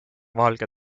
valge